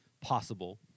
possible